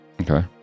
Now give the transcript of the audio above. Okay